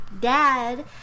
dad